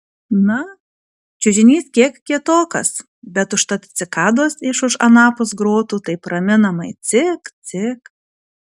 na čiužinys kiek kietokas bet užtat cikados iš už anapus grotų taip raminamai cik cik